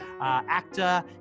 actor